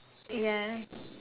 ya